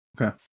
Okay